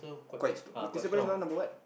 quite strong no Crystal-Palace is now number what